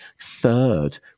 third